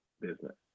business